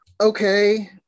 Okay